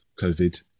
COVID